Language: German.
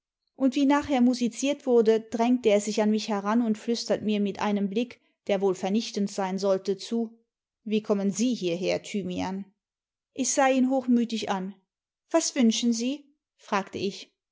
und wie nachher musiziert wurde drängt er sich an nuch heran imd flüstert mir mit einem blick der wohl vernichtend sein sollte zu wie kommen sie hierher thymian ich sah ihn hochmütig an was wünschen sie fragte ich